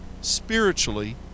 spiritually